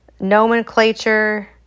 Nomenclature